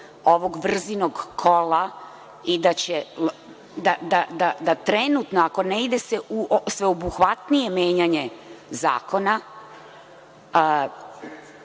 ovog vrzinog kola i da trenutno, ako se ne ide u sveobuhvatnije menjanje zakona,